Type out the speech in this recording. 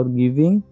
giving